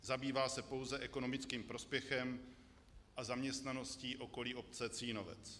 Zabývá se pouze ekonomickým prospěchem a zaměstnaností obce Cínovec.